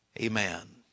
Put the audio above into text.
Amen